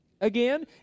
again